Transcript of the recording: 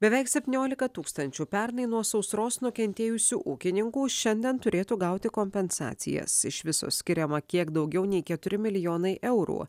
beveik septyniolika tūkstančių pernai nuo sausros nukentėjusių ūkininkų šiandien turėtų gauti kompensacijas iš viso skiriama kiek daugiau nei keturi milijonai eurų